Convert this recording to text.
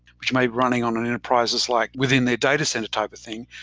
which maybe running on an enterprises like within their data center type of thing.